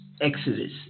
exodus